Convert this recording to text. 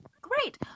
Great